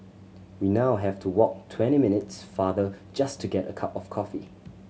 we now have to walk twenty minutes farther just to get a cup of coffee